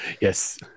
Yes